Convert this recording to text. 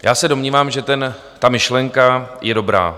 Já se domnívám, že ta myšlenka je dobrá.